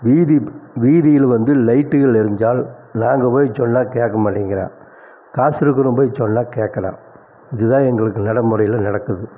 வீதி வீதியில் வந்து லைட்டுகள் எரிஞ்சால் நாங்கள் போய் சொன்னால் கேட்க மாட்டேங்கிறான் காசு இருக்கிறவன் போய் சொன்னால் கேக்கிறான் இதுதான் எங்களுக்கு நடைமுறையில நடக்குது